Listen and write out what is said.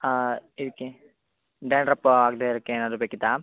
ಹಾಂ ಇದಕ್ಕೆ ಡ್ಯಾಂಡ್ರಪ್ಪು ಆಗದೆ ಇರಕೆ ಏನಾದರು ಬೇಕಿತ್ತಾ